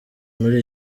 muri